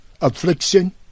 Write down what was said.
affliction